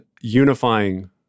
unifying